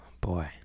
Boy